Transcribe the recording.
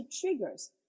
triggers